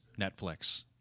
Netflix